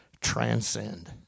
transcend